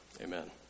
Amen